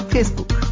Facebook